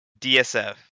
DSF